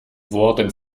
wurden